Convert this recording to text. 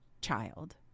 child